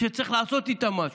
שצריך לעשות איתן משהו.